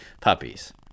puppies